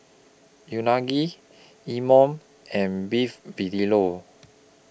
Unagi Imoni and Beef Vindaloo